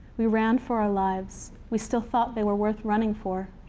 we ran for our lives. we still thought they were worth running for.